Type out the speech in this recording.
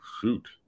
Shoot